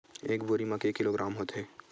एक बोरी म के किलोग्राम होथे?